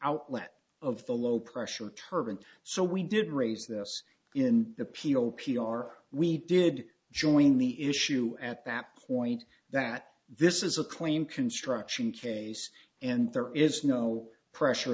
outlet of the low pressure turban so we didn't raise this in the p o p r we did join the issue at that point that this is a claim construction case and there is no pressure